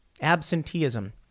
Absenteeism